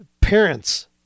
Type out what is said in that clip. parents